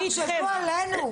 תחשבו עלינו.